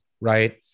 right